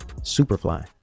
Superfly